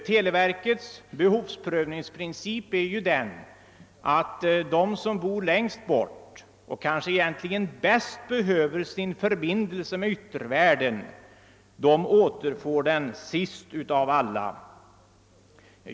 Televerkets behovsprövningsprincip innebär ju att de som bor längst bort och därför kanske bäst behöver sin telefonförbindelse med yttervärlden återfår den sist av alla.